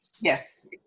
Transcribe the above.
Yes